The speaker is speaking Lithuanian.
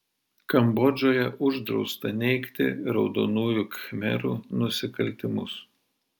kambodžoje uždrausta neigti raudonųjų khmerų nusikaltimus